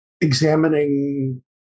examining